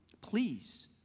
please